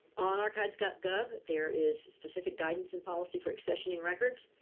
on archives gov gov there is specific guidance and policy for accessioning records.